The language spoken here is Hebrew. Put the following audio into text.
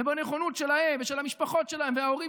ומהנכונות שלהן ושל המשפחות שלהם וההורים